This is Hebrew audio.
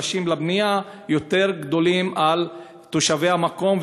מגרשים יותר גדולים לבנייה לתושבי המקום,